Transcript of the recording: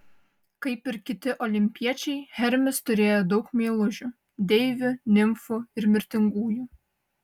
kaip ir kiti olimpiečiai hermis turėjo daug meilužių deivių nimfų ir mirtingųjų